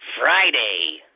Friday